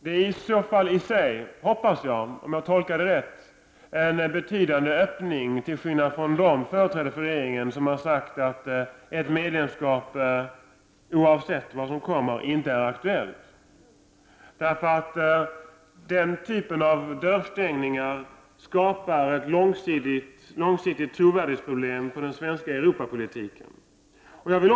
Om jag tolkar det rätt innebär detta i sig, hoppas jag, en betydande öppning, och en skillnad i förhållande till de företrädare för regeringen som sagt att ett medlemskap inte är aktuellt oavsett vad som kommer. Att på detta sätt stänga dörrar skapar problem på lång sikt när det gäller trovärdigheten i den svenska Europapolitiken.